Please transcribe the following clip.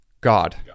God